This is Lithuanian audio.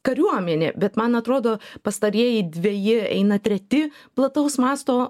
kariuomenė bet man atrodo pastarieji dveji eina treti plataus masto